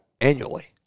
annually